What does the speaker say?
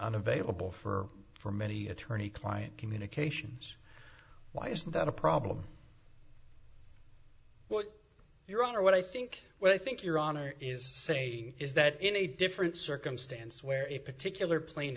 unavailable for for many attorney client communications why is that a problem what your honor what i think well i think your honor is saying is that in a different circumstance where it particular